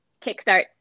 kickstart